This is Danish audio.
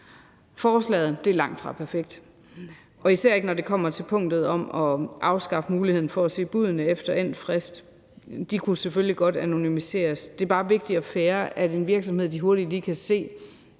Forslaget er langtfra perfekt, især ikke når det kommer til punktet om at afskaffe muligheden for at se buddene efter endt frist. De kunne selvfølgelig godt anonymiseres. Det er vigtigt og fair, at en virksomhed hurtigt kan se,